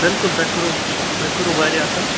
بِلکُل تۄہہِ کوٚرُو تۄہہِ کوٚرُو واریاہ اَصٕل